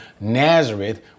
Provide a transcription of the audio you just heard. Nazareth